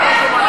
איך לא,